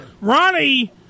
Ronnie